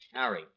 Harry